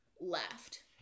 left